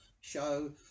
show